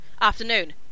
afternoon